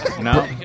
No